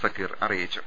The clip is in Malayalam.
സക്കീർ അറിയിച്ചു